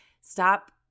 stop